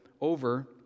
over